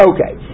Okay